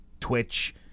Twitch